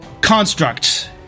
construct